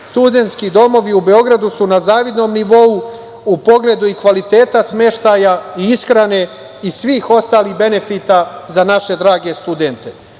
Studentski domovi u Beogradu su na zavidnom nivou u pogledu i kvaliteta smeštaja i ishrane i svih ostalih benefita za naše drage studente.